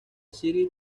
city